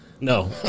No